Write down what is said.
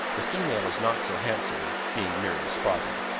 the female is not so handsome, being merely spotted.